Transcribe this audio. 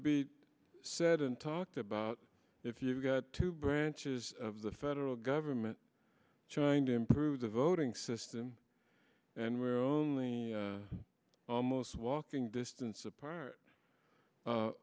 be said and talked about if you've got two branches of the federal government trying to improve the voting system and we're only almost walking distance apart